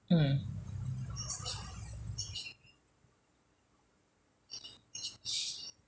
mm